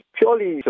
purely